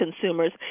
consumers